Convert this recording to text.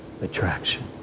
attraction